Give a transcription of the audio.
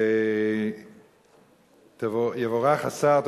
ויבורך השר,